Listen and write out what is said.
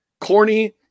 Corny